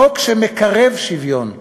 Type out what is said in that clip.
חוק שמקרב שוויון,